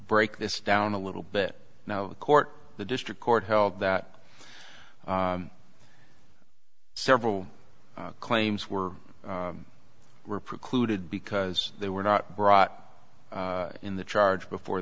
break this down a little bit now court the district court held that several claims were were precluded because they were not brought in the charge before